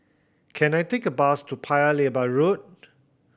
can I take a bus to Paya Lebar Road